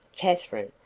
katherine.